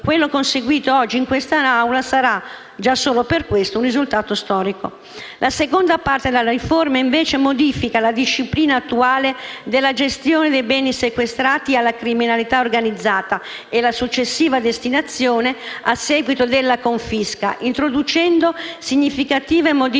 quello conseguito oggi in quest'Aula sarà, già solo per questo, un risultato storico. La seconda parte della riforma, invece, modifica la disciplina attuale della gestione dei beni sequestrati alla criminalità organizzata e la successiva destinazione a seguito della confisca, introducendo significative modifiche